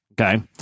Okay